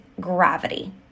gravity